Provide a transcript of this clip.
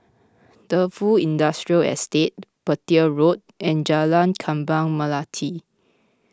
Defu Industrial Estate Petir Road and Jalan Kembang Melati